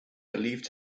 believed